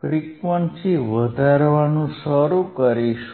frequency વધારવાનું શરૂ કરીશું